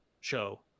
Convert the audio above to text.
show